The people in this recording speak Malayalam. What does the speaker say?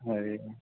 മൊബൈലിന്